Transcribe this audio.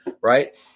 right